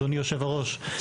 אדוני יושב הראש,